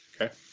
Okay